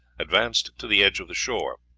advanced to the edge of the shore,